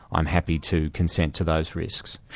i'm happy to consent to those risks.